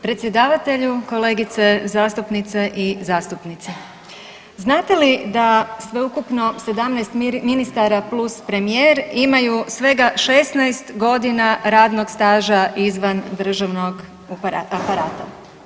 Predsjedavatelju, kolegice zastupnice i zastupnici, znate li da sveukupno 17 ministara plus premijer imaju svega 16 godina radnog staža izvan državnog aparata.